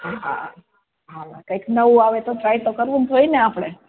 હા કંઈક નવું આવે તો ટ્રાય તો કરવું જોઈએને આપણે